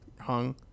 hung